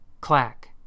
clack